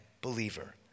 believer